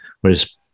whereas